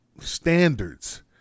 standards